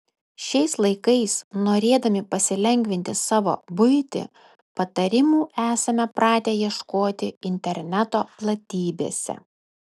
šiais laikais norėdami pasilengvinti savo buitį patarimų esame pratę ieškoti interneto platybėse